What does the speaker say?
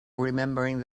remembering